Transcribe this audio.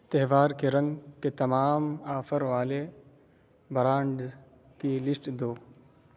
تہوار کے رنگ کے تمام آفر والے برانڈز کی لشٹ دو